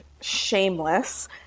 shameless